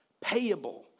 payable